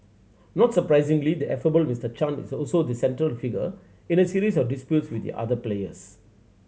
not surprisingly the affable Mister Chan is also the central figure in a series of disputes with the other players